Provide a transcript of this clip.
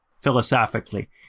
philosophically